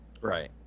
Right